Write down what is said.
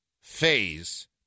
phase